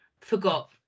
forgot